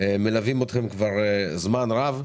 מלווים אתכם כבר זמן רב.